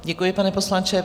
Děkuji, pane poslanče.